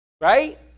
Right